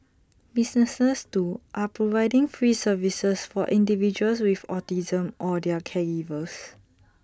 businesses too are providing free services for individuals with autism or their caregivers